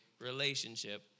relationship